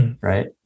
right